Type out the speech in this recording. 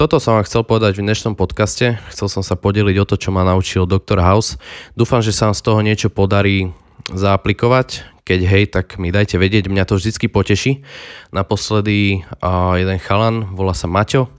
Toto som vám chcel povedať v dnešnom podcaste. Chcel som sa podeliť o to, čo ma naučil Dr. House. Dúfam, že sa vám z toho niečo podarí zaaplikovať. Keď hej, tak mi dajte vedieť, mňa to vždycky poteší. Naposledy, a, jeden chalan, volá sa Maťo.